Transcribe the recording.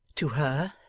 to her?